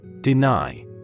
Deny